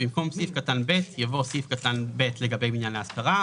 במקום "סעיף קטן (ב)" יבוא "סעיף קטן (ב) לגבי בניין להשכרה,